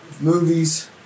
Movies